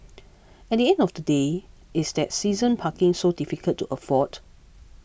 at the end of the day is that season parking so difficult to afford